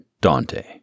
Dante